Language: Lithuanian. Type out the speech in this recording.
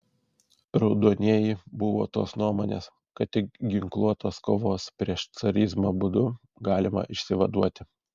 raudonieji buvo tos nuomonės kad tik ginkluotos kovos prieš carizmą būdu galima išsivaduoti